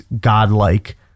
godlike